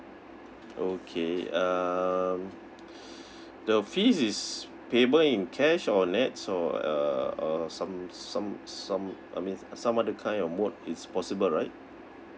okay um the fees is payable in cash or N_E_T_S or uh or some some some I means some other kind of mode is possible right